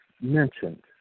mentioned